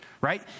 Right